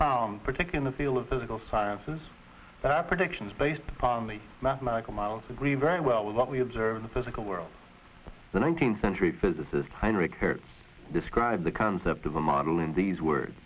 found particular field of physical sciences that are predictions based upon the mathematical models agree very well with what we observe the physical world the nineteenth century physicists heinrich hertz describe the concept of a model in these words